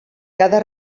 cada